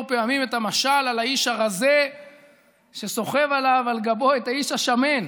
פעמים את המשל על האיש הרזה שסוחב על גבו את האיש השמן.